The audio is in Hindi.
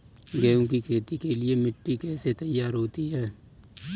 गेहूँ की खेती के लिए मिट्टी कैसे तैयार होती है?